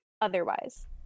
otherwise